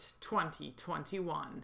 2021